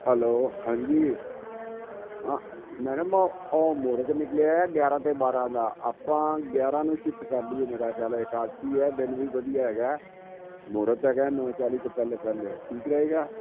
hello ਹਾਂਜੀ ਹਾਂ madam ਉਹ ਉਹ ਮਹੂਰਤ ਨਿਕਲਿਆ ਗਿਆਰ੍ਹਾਂ ਅਤੇ ਬਾਰ੍ਹਾਂ ਦਾ ਆਪਾਂ ਗਿਆਰ੍ਹਾਂ ਨੂੰ ਸ਼ਿਫਟ ਕਰ ਲਈਏ ਮੇਰਾ ਖਿਆਲ ਏਕਾਦਸ਼ੀ ਹੈ ਦਿਨ ਵੀ ਵਧੀਆ ਹੈਗਾ ਮਹੂਰਤ ਹੈਗਾ ਨੌਂ ਚਾਲ੍ਹੀ ਤੋਂ ਪਹਿਲੇ ਪਹਿਲੇ ਠੀਕ ਰਹੇਗਾ